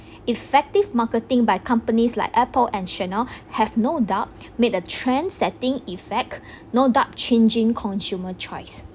effective marketing by companies like apple and chanel have no doubt made a trend setting effect no doubt changing consumer choice